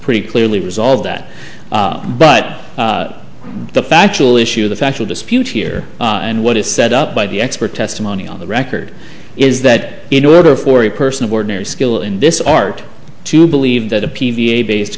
pretty clearly resolved that but the factual issue the factual dispute here and what is set up by the expert testimony on the record is that in order for a person of ordinary skill in this art to believe that a p v a based